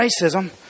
racism